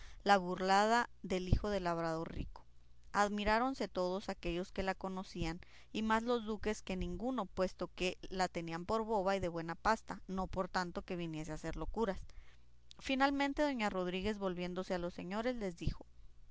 la burlada del hijo del labrador rico admiráronse todos aquellos que la conocían y más los duques que ninguno que puesto que la tenían por boba y de buena pasta no por tanto que viniese a hacer locuras finalmente doña rodríguez volviéndose a los señores les dijo